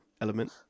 element